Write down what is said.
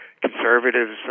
conservatives